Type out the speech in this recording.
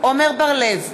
עמר בר-לב,